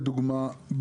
לדוגמה,